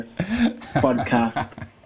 podcast